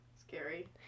Scary